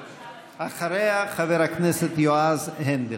אחריה, חבר הכנסת יועז הנדל.